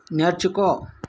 నేర్చుకో